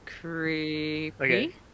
creepy